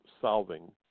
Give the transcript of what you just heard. solving